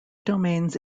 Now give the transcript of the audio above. domains